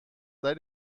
sei